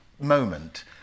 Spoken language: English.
moment